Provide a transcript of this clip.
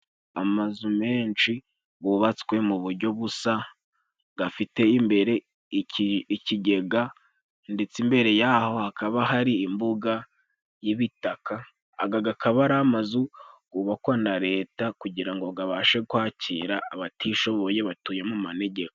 Amazu menshi gubatswe mu buryo gusa, gafite imbere ikigega, ndetse imbere y'aho hakaba hari imbuga y'ibitaka. Aga gakaba ari amazu gubakwa na Leta, kugira ngo gabashe kwakira abatishoboye batuye mu manegeka.